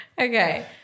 Okay